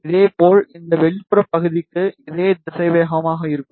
இதேபோல் இந்த வெளிப்புற பகுதிக்கு இது திசைவேகமாக இருக்கும்